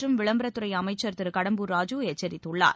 மற்றும் விளம்பரத்துறை அமைச்சர் திரு கடம்பூர் ராஜு எச்சரித்துள்ளார்